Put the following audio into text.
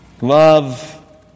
Love